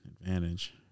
advantage